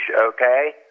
okay